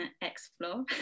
explore